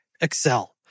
Excel